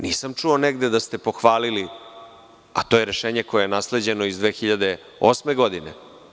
Nisam čuo negde da ste pohvalili, a to je rešenje koje je nasleđeno iz 2008. godine.